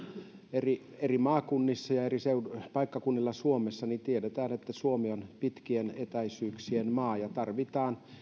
eri eri maakunnissa ja eri paikkakunnilla suomessa niin tiedetään että suomi on pitkien etäisyyksien maa ja tarvitaan